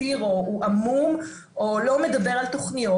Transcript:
מסתיר או לא מדבר על תוכניות.